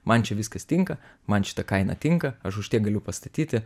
man čia viskas tinka man šita kaina tinka aš už tiek galiu pastatyti